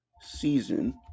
season